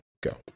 Go